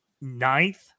ninth